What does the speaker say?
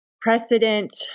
precedent